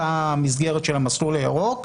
אותה מסגרת של המסלול הירוק,